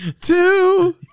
Two